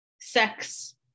sex